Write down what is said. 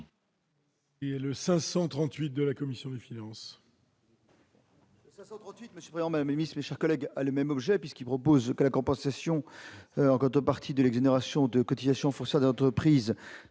au nom de la commission des finances,